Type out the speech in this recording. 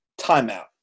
Timeout